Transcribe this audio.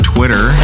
Twitter